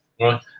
right